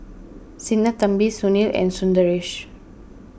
Sinnathamby Sunil and Sundaresh